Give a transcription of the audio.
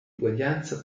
uguaglianza